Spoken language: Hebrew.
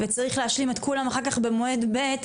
וצריך להשלים את כולם אחר כך במועד ב',